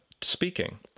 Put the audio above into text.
speaking